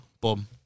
boom